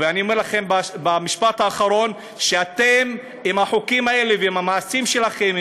אני אומר לכם במשפט האחרון שאתם עם החוקים האלה ועם המעשים שלכם,